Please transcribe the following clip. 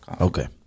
Okay